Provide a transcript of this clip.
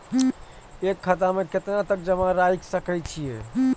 एक खाता में केतना तक जमा राईख सके छिए?